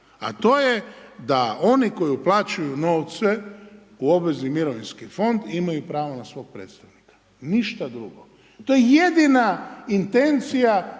a to je da oni koji uplaćuju novce u obvezni mirovinski fond, imaju pravu na svog predstavnika. Ništa drugo. To je jedna intencija